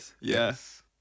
Yes